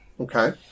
Okay